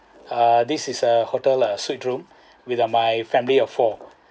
uh this is a hotel uh suite room with uh my family of four